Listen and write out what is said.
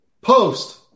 Post-